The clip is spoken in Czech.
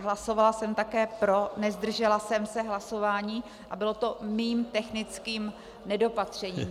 Hlasovala jsem také pro, nezdržela jsem se hlasování a bylo to mým technickým nedopatřením.